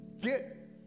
get